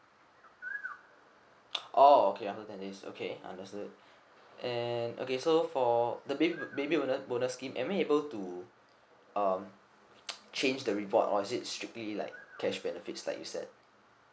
orh okay I understand yes okay understood and okay so for the baby baby bonus scheme am I able to um change the reward or is it strictly like cash benefits like you said